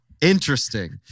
Interesting